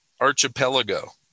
Archipelago